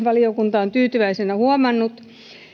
valiokunta on tyytyväisenä huomannut